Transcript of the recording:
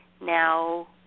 Now